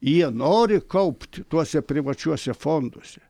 jie nori kaupt tuose privačiuose fonduose